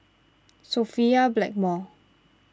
Sophia Blackmore